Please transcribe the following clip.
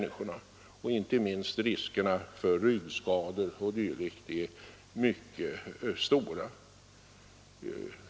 Inte minst riskerna för yrkesskador är mycket stora.